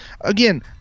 again